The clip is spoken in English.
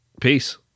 Peace